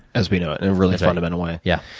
as we know it in a really fundamental way. yeah.